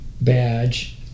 badge